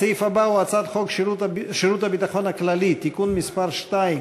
הסעיף הבא הוא: הצעת חוק שירות הביטחון הכללי (תיקון מס' 2)